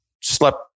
slept